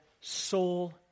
Soul